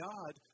God